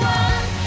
one